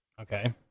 Okay